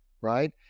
right